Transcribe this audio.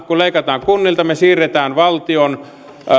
kun leikataan kunnilta me siirrämme valtion